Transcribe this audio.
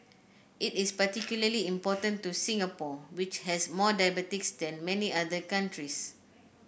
it is particularly important to Singapore which has more diabetics than many other countries